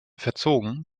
verzogen